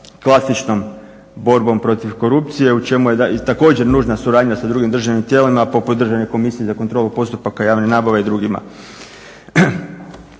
klasičnom borbom protiv korupcije u čemu je i također nužna suradnja sa drugim državnim tijelima poput državne komisije za kontrolu postupaka javne nabave i drugima.